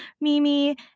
Mimi